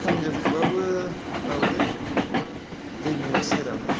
सानजौफुबाबो बेयावनो दै बिमा सेरावनो